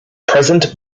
present